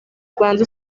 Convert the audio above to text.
rwanda